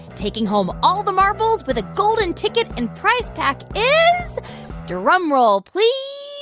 taking home all the marbles with a golden ticket and prize pack is drumroll, please.